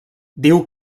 diu